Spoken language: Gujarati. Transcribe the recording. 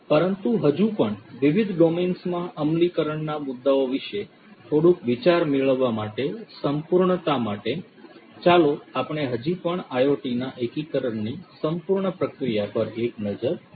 પરંતુ હજી પણ વિવિધ ડોમેન્સમાં અમલીકરણના મુદ્દાઓ વિશે થોડુંક વિચાર મેળવવા માટે સંપૂર્ણતા માટે ચાલો આપણે હજી પણ IoT ના એકીકરણની સંપૂર્ણ પ્રક્રિયા પર એક નજર ફેરવીએ